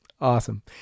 Awesome